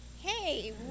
Hey